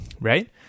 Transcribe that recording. right